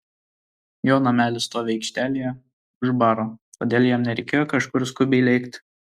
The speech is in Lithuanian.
jo namelis stovi aikštelėje už baro todėl jam nereikėjo kažkur skubiai lėkti